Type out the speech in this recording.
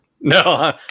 No